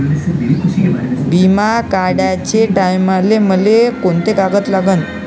बिमा काढाचे टायमाले मले कोंते कागद लागन?